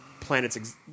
planets